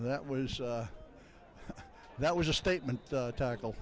that was that was a statement tackle